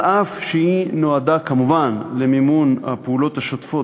אף שהיא נועדה כמובן למימון הפעולות השוטפות